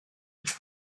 that